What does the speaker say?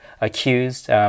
accused